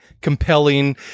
compelling